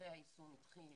מטה היישום התחיל